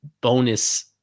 bonus